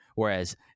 Whereas